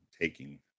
taking